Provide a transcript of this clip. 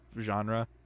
genre